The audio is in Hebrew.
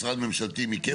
משרד ממשלתי מיקם אותם?